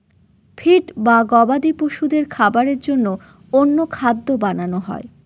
feed বা গবাদি পশুদের খাবারের জন্য অন্য খাদ্য বানানো হয়